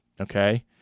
Okay